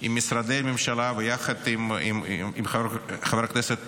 עם משרדי הממשלה ויחד עם חבר הכנסת